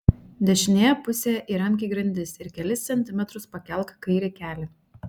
dešinėje pusėje įremk į grindis ir kelis centimetrus pakelk kairį kelį